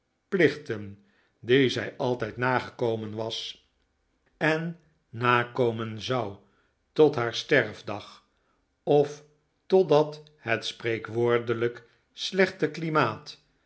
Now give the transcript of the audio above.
plichten die zij altijd nagekomen was en nakomen zou tot haar sterfdag of totdat het spreekwoordelijk slechte klimaat